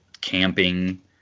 camping